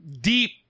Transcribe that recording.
deep